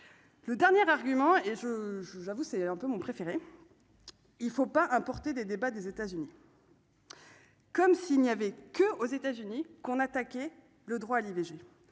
le dernier argument et je j'avoue, c'est un peu mon préféré, il ne faut pas importer des débats des États-Unis. Comme si il n'y avait que aux États-Unis qu'on attaqué le droit à l'IVG